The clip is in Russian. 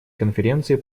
конференции